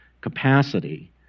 capacity